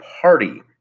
Party